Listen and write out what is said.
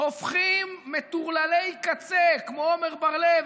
הופכים מטורללי קצה כמו עמר בר -לב,